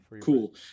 cool